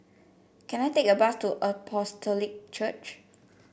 can I take a bus to Apostolic Church